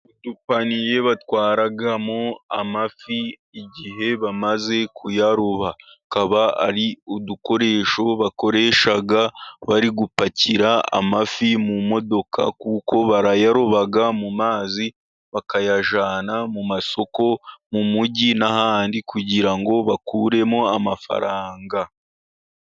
Udupaniye batwaramo amafi igihe bamaze kuyaroba, akaba ari udukoresho bakoresha bari gupakira amafi mu modoka, kuko bayaroba mu mazi, bakayajyana mu masoko, mu mujyi n'ahandi kugira ngo bakuremo amafaranga.